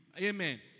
Amen